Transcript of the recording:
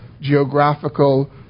geographical